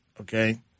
Okay